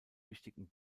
wichtigen